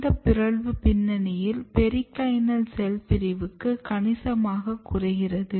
இந்த பிறழ்வு பின்னணியில் பெரிக்ளைனல் செல் பிரிவு கணிசமாக குறைகிறது